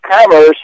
Commerce